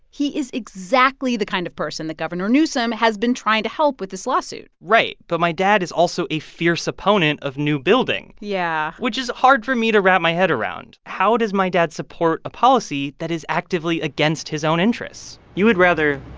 he is exactly the kind of person the governor newsome has been trying to help with this lawsuit right. but my dad is also a fierce opponent of new building yeah which is hard for me to wrap my head around. how does my dad support a policy that is actively against against his own interests? you would rather